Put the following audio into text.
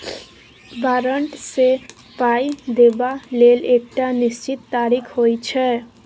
बारंट सँ पाइ देबा लेल एकटा निश्चित तारीख होइ छै